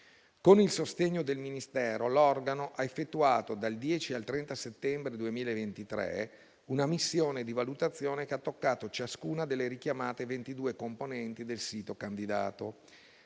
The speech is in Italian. Con il sostegno del Ministero l'organo ha effettuato, dal 10 al 30 settembre 2023, una missione di valutazione che ha toccato ciascuna delle richiamate 22 componenti del sito candidato.